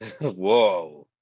Whoa